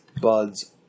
buds